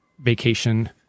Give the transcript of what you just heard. vacation